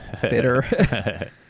fitter